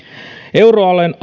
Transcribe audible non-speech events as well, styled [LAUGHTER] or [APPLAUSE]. euroalueen [UNINTELLIGIBLE]